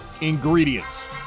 ingredients